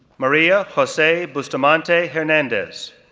maria jose bustamante hernandez,